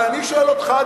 אבל אני שואל אותך,